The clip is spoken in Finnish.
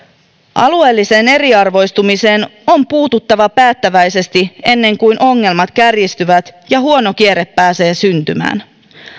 alueelliseen eriarvoistumiseen on puututtava päättäväisesti ennen kuin ongelmat kärjistyvät ja huono kierre pääsee syntymään